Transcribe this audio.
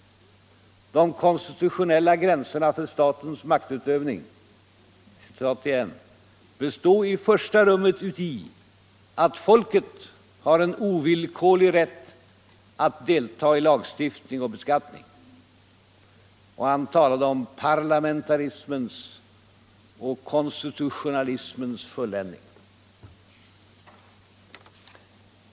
De konstitutionella gränserna för statens maktutövning ”bestå i första rummet uti att folket har en ovillkorlig rätt att deltaga i lagstiftning och beskattning”. Och Staaff talade om parlamentarismen som konstitutionalismens fulländning.